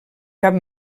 cap